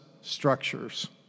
structures